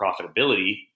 profitability